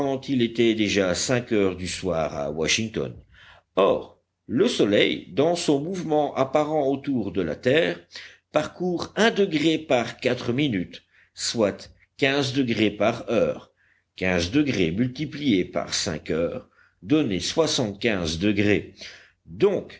il était déjà cinq heures du soir à washington or le soleil dans son mouvement apparent autour de la terre parcourt un degré par quatre minutes soit quinze degrés par heure quinze degrés multipliés par cinq heures donnaient soixante-quinze degrés donc